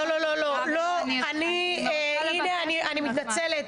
לא, אני מתנצלת.